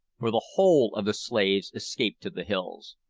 for the whole of the slaves escaped to the hills.